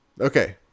Okay